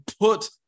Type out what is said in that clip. put